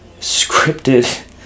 scripted